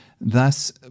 thus